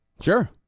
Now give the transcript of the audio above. Sure